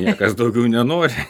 niekas daugiau nenori